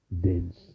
dense